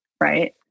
right